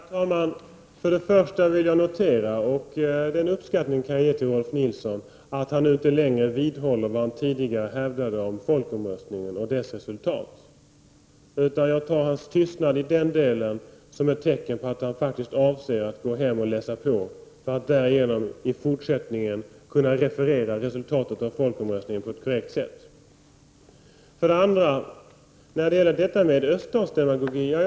Herr talman! För det första vill jag notera att Rolf L Nilson inte längre vidhåller vad han tidigare hävdade om folkomröstningen och dess resultat — den uppskattningen kan jag ge honom. Jag tar hans tystnad i den delen som ett tecken på att han faktiskt avser att gå hem och läsa på för att därigenom i fortsättningen kunna referera resultatet av folkomröstningen på ett korrekt sätt. För det andra vill jag nämna något om öststatsdemagogin.